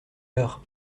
heure